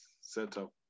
setup